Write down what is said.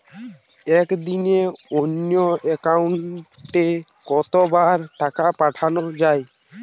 একদিনে অন্য একাউন্টে কত বার টাকা পাঠানো য়ায়?